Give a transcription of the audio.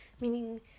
meaning